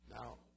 Now